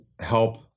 help